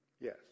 Yes